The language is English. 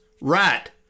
right